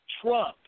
Trump